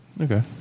Okay